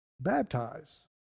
baptize